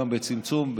גם בצמצום,